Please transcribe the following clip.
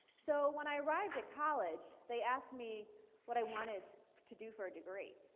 so when i arrived at college, they asked me what i wanted to do for a degree.